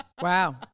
Wow